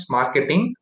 Marketing